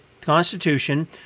Constitution